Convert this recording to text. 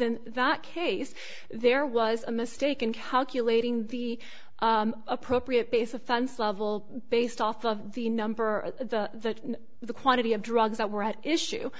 in that case there was a mistake in calculating the appropriate base offense level based off of the number of the the quantity of drugs that were at issue